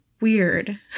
weird